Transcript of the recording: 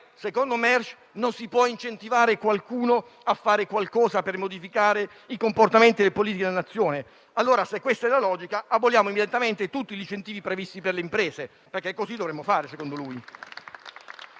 Secondo Mersch non si può incentivare qualcuno a fare qualcosa per modificare i comportamenti e le politiche della Nazione. Allora, se questa è la logica, aboliamo direttamente tutti gli incentivi previsti per le imprese, perché così dovremmo fare secondo lui.